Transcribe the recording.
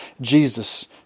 Jesus